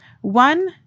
One